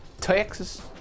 texas